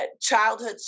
childhood